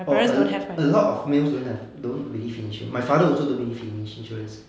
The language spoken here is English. oh a~ a lot of males don't have don't believe in insurance my father also don't believe in ins~ insurance